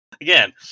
Again